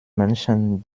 menschen